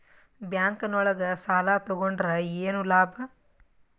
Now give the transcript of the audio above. Bank ನೊಳಗ ಸಾಲ ತಗೊಂಡ್ರ ಏನು ಲಾಭ?